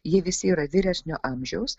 jie visi yra vyresnio amžiaus